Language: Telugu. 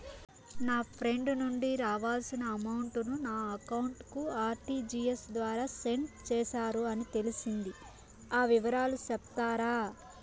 నా ఫ్రెండ్ నుండి రావాల్సిన అమౌంట్ ను నా అకౌంట్ కు ఆర్టిజియస్ ద్వారా సెండ్ చేశారు అని తెలిసింది, ఆ వివరాలు సెప్తారా?